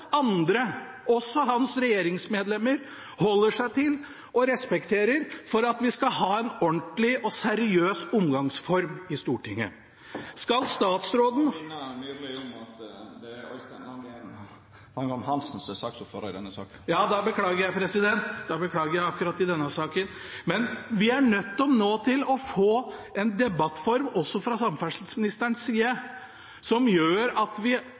andre, også hans regjeringskolleger, holder seg til og respekterer, for at vi skal ha en ordentlig og seriøs omgangsform i Stortinget. Skal statsråden ... Presidenten må minna representanten Myrli om at det er Øystein Langholm Hansen som er saksordførar i denne saka. Da beklager jeg. Da beklager jeg i akkurat denne saken, men vi er nødt til å få en debattform også fra samferdselsministerens side som gjør at vi